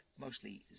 mostly